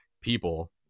people